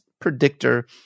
predictor